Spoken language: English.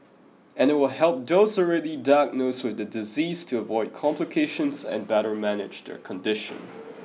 and it will help those already diagnosed with the disease to avoid complications and better manage their condition